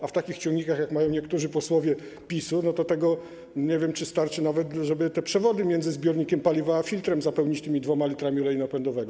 A w takich ciągnikach, jak mają niektórzy posłowie PiS-u, to nie wiem, czy starczy nawet, żeby te przewody między zbiornikiem paliwa a filtrem zapełnić tymi 2 l oleju napędowego.